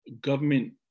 government